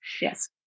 Yes